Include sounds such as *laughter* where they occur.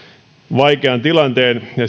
vaikean tilanteen ja *unintelligible*